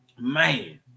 man